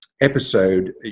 Episode